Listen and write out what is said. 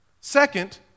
Second